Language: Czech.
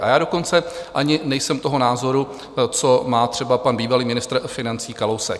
A já dokonce ani nejsem toho názoru, co má třeba pan bývalý ministr financí Kalousek.